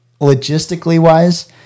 logistically-wise